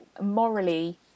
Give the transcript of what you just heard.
morally